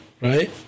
right